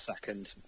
second